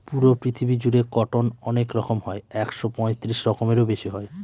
পুরো পৃথিবী জুড়ে কটন অনেক রকম হয় একশো পঁয়ত্রিশ রকমেরও বেশি হয়